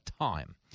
time